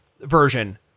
version